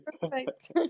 Perfect